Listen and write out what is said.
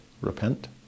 repent